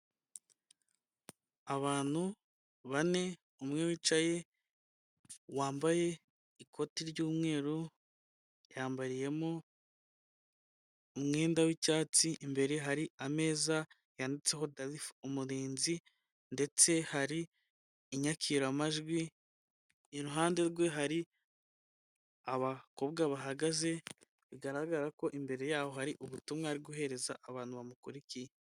Abantu bane, umwe wicaye wambaye ikoti ry'umweru, yambariyemo umwenda w'icyatsi, imbere hari ameza yanditseho darifu umurinzi, ndetse hari inyakiramajwi, iruhande rwe hari abakobwa bahagaze bigaragara ko imbere yaho hari ubu butumwa ari guhereza abantu bamukurikiye.